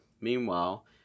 Meanwhile